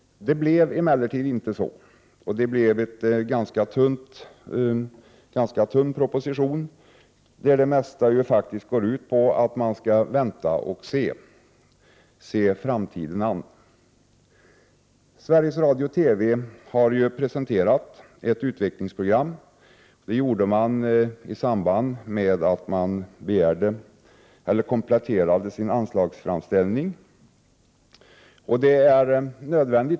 Det blev emellertid inte så. Propositionen blev ganska tunn. Det mesta går ut på att man skall vänta och se framtiden an. Sveriges Radio och TV har presenterat ett utvecklingsprogram. Det gjorde man i samband med att man kompletterade anslagsframställningen.